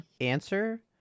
answer